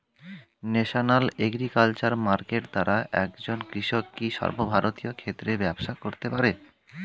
National agriculture market দ্বারা একজন কৃষক কি সর্বভারতীয় ক্ষেত্রে ব্যবসা করতে পারে?